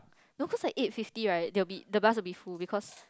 no cause like eight fifty right there will be the bus will be full because